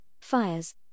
fires